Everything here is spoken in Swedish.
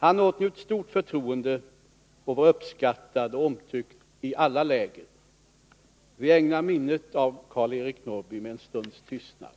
Han åtnjöt stort förtroende — och var uppskattad och omtyckt i alla läger. Vi ägnar minnet av Karl-Eric Norrby en stunds tystnad.